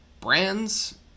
brands